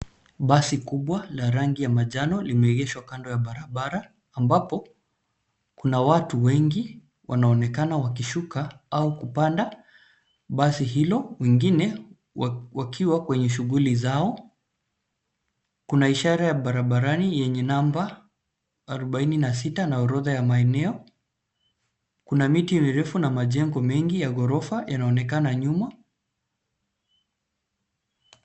Basi kubwa la rangi ya manjano limeegeshwa kando ya barabara ambapo kuna watu wengi wanaonekana wakishuka au kupanda basi hilo wengine wakiwa kwenye shughuli zao. Kuna ishara ya barabarani yenye namba arubaini na sita na orodha ya maeneo. Kuna miti mirefu na majengo mengi ya ghorofa yanaonekana nyuma.